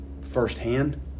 firsthand